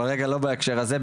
אבל לא בהקשר הזה,